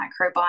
microbiome